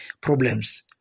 problems